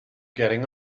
getting